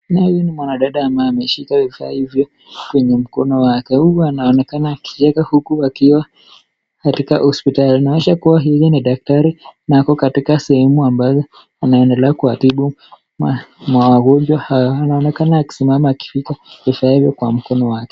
Huyu ni mwanadada ameshika vifaa hivyo kwenye mkono wake. Huyu anaonekana akicheka huku akiwa katika hospitali. Inaonyesha kuwa huyu ni daktari na ako katika sehemu ambazo anaendelea kuwatibu wagonjwa hawa. Anaonekana akisimama akishika vifaa hivyo kwa mkono wake.